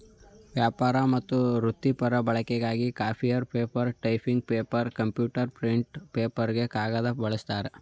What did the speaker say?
ವ್ಯಾಪಾರ ಮತ್ತು ವೃತ್ತಿಪರ ಬಳಕೆಗಾಗಿ copier paper typing paper computer printer ಪೇಪರ್ಗೆ ಕಾಗದ ಬಳಸ್ತಾರೆ